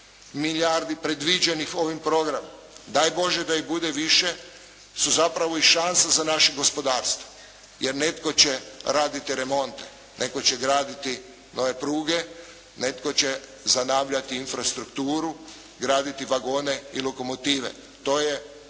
milijardi predviđenih ovim programom, daj Bože da ih bude više, su zapravo i šansa za naše gospodarstvo jer netko će raditi te remonte, netko će graditi nove pruge, netko će zanavljati infrastrukturu, graditi vagone i lokomotive. To je